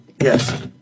Yes